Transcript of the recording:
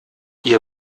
ihr